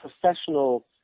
professional